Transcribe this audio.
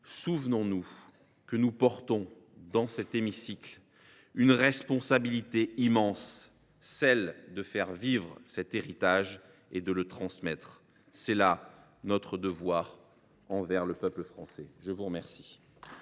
Souvenons nous que nous portons, dans cet hémicycle, une responsabilité immense : celle de faire vivre cet héritage et de le transmettre. C’est là notre devoir envers le peuple français. La parole